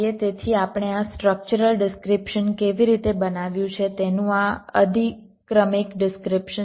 તેથી આપણે આ સ્ટ્રક્ચરલ ડિસ્ક્રીપ્શન કેવી રીતે બનાવ્યું છે તેનું આ અધિક્રમિક ડિસ્ક્રીપ્શન છે